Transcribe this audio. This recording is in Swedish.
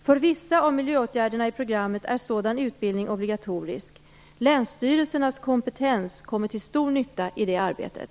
För vissa av miljöåtgärderna i programmet är sådan utbildning obligatorisk. Länsstyrelsernas kompetens kommer till stor nytta i det arbetet.